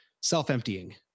Self-emptying